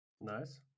nice